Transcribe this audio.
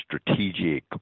strategic